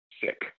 sick